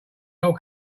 whole